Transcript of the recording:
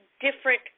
different